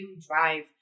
drive